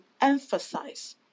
emphasize